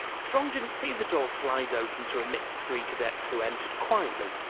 strong didn't see the door slide open to admit the three cadets who entered quietly.